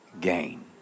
gain